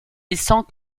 laissant